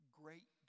great